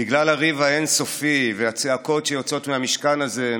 בגלל הריב האין-סופי והצעקות שיוצאות מהמשכן הזה,